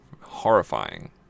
horrifying